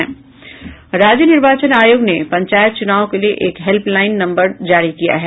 राज्य निर्वाचन आयोग ने पंचायत चुनाव के लिए एक हेल्प लाईन नम्बर जारी किया है